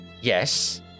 Yes